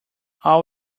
all